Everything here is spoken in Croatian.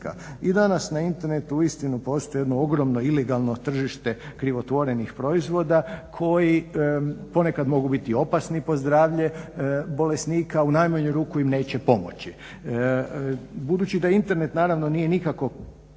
I danas na Internetu uistinu postoji jedno ogromno ilegalno tržište krivotvorenih proizvoda koji ponekad mogu biti opasni po zdravlje bolesnika, u najmanju ruku im neće pomoći. Budući da Internet naravno nije nikako